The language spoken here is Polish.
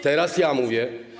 Teraz ja mówię.